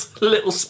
little